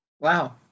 wow